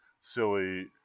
silly